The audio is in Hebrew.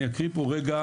אני אקריא פה רגע,